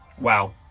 Wow